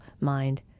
mind